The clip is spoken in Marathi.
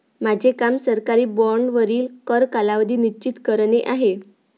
माझे काम सरकारी बाँडवरील कर कालावधी निश्चित करणे आहे